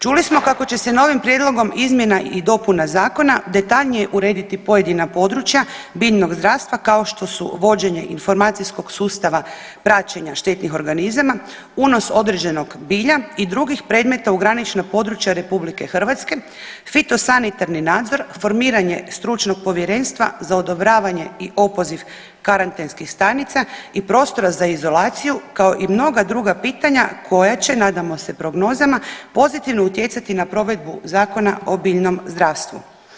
Čuli smo kako će se novim prijedlogom izmjena i dopuna zakona detaljnije urediti pojedina područja biljnog zdravstva kao što su vođenje informacijskog sustava praćenja štetnih organizama, unos određenog bilja i drugih predmeta u granična područja RH, fitosanitarni nadzor, formiranje stručnog povjerenstva za odobravanje i opoziv karantenskih stanica i prostora za izolaciju kao i mnoga druga pitanja koja će nadamo se prognozama pozitivno utjecati na provedbu Zakona o biljnom zdravstvu.